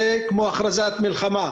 זה כמו הכרזת מלחמה.